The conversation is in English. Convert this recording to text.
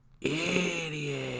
idiot